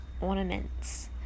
ornaments